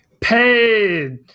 Paid